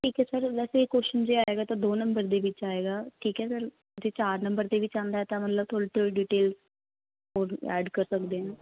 ਠੀਕ ਹੈ ਸਰ ਵੈਸੇ ਕੁਸ਼ਚਨ ਜੇ ਆਏਗਾ ਤਾਂ ਦੋ ਨੰਬਰ ਦੇ ਵਿੱਚ ਆਏਗਾ ਠੀਕ ਹੈ ਸਰ ਜੇ ਚਾਰ ਨੰਬਰ ਦੇ ਵਿੱਚ ਆਉਂਦਾ ਤਾਂ ਮਤਲਬ ਥੋੜ੍ਹੀ ਥੋੜ੍ਹੀ ਡਿਟੇਲ ਹੋਰ ਐਡ ਕਰ ਸਕਦੇ ਹਾਂ